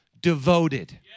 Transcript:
devoted